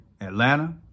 Atlanta